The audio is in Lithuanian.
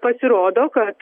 pasirodo kad